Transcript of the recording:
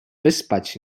wyspać